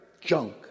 junk